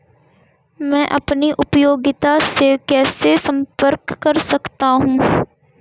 मैं अपनी उपयोगिता से कैसे संपर्क कर सकता हूँ?